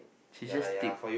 she is just thick